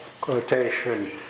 quotation